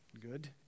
good